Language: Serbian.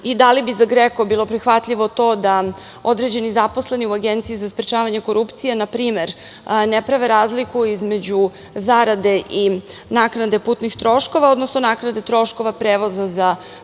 i da li bi za GREKO bilo prihvatljivo to da određeni zaposleni u Agenciji za sprečavanje korupcije, na primer, ne prave razliku između zarade i naknade putnih troškova, odnosno naknade troškova prevoza za narodne